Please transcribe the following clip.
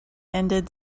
ended